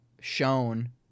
shown